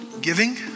giving